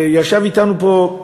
וישב אתנו פה,